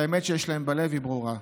כי האמת שיש להם בלב היא ברורה.